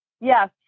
Yes